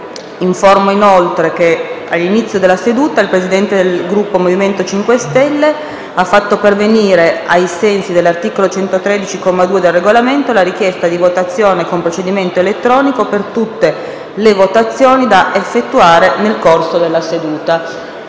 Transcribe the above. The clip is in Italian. Informo inoltre l'Assemblea che all'inizio della seduta il Presidente del Gruppo Movimento 5 Stelle ha fatto pervenire, ai sensi dell'articolo 113, comma 2, del Regolamento, la richiesta di votazione con procedimento elettronico per tutte le votazioni da effettuare nel corso della seduta.